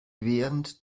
während